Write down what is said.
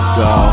go